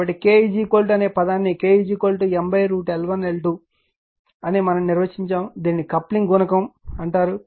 కాబట్టి K అనే పదాన్ని K ML1L2 అని మేము నిర్వచించాము దీనిని కప్లింగ్ గుణకం అంటారు